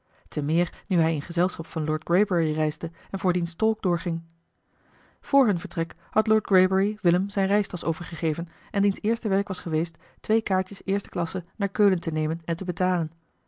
was temeer nu hij in gezelschap van lord greybury reisde en voor diens tolk doorging voor hun vertrek had lord greybury willem zijne reistasch overgegeven en diens eerste werk was geweest twee kaartjes eerste klasse naar keulen te nemen en te betalen